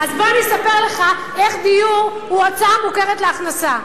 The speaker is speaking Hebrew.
אז בוא אני אספר לך איך דיור הוא הוצאה מוכרת למס הכנסה.